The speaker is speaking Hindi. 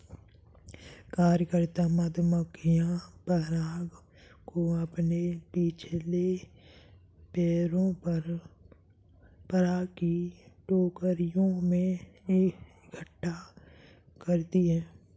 कार्यकर्ता मधुमक्खियां पराग को अपने पिछले पैरों पर पराग की टोकरियों में इकट्ठा करती हैं